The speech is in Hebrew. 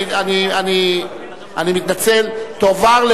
התשע"א 2011,